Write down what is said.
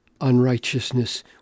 unrighteousness